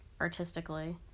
artistically